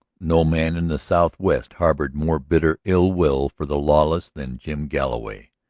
no man in the southwest harbored more bitter ill-will for the lawless than jim galloway.